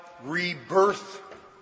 rebirth